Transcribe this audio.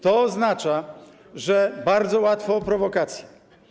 To oznacza, że bardzo łatwo o prowokację.